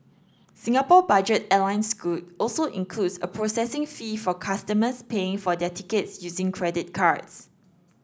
Singapore budget airline Scoot also includes a processing fee for customers paying for their tickets using credit cards